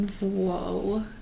whoa